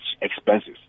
expenses